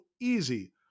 easy